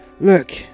Look